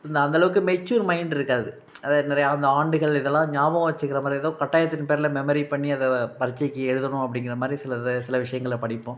இந்த அந்த அளவுக்கு மெச்சூர் மைண்ட் இருக்காது அதாவது நிறைய அந்த ஆண்டுகள் இதெல்லாம் ஞாபகம் வச்சிக்குற மாதிரி ஏதோ கட்டாயத்தின் பேரில் மெமரி பண்ணி அதை பரீட்சைக்கு எழுதணும் அப்படிங்கிற மாதிரி சிலதை சில விஷயங்கள படிப்போம்